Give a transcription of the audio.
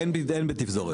אין בתפזורת.